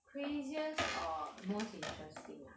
craziest or most interesting ah